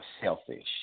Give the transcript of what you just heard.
selfish